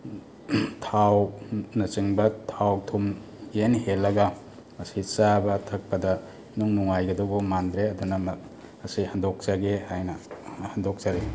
ꯊꯥꯎ ꯅꯆꯤꯡꯕ ꯊꯥꯎ ꯊꯨꯝ ꯏꯍꯦꯟ ꯍꯦꯟꯂꯒ ꯑꯁꯤ ꯆꯥꯕ ꯊꯛꯄꯗ ꯏꯅꯨꯡ ꯅꯨꯡꯉꯥꯏꯒꯗꯧꯕ ꯃꯥꯟꯗ꯭ꯔꯦ ꯑꯗꯨꯅ ꯃꯁꯤ ꯍꯟꯗꯣꯛꯆꯒꯦ ꯍꯥꯏꯅ ꯍꯟꯗꯣꯛꯆꯔꯦ